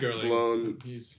blown